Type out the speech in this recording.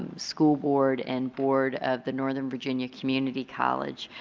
school board and board of the northern virginia community college,